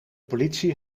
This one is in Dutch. politie